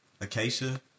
acacia